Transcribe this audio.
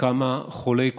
כמה חולי קורונה,